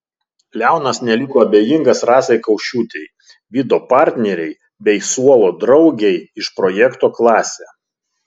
leonas neliko abejingas rasai kaušiūtei vido partnerei bei suolo draugei iš projekto klasė